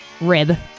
Rib